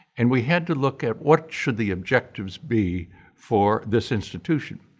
and we had to look at what should the objectives be for this institution?